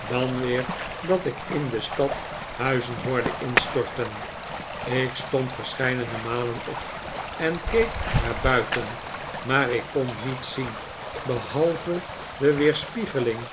dan weer dat ik in de stad huizen hoorde instorten ik stond verscheidene malen op en keek naar buiten maar ik kon niets zien behalve de weerspiegeling